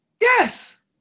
Yes